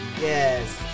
Yes